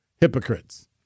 hypocrites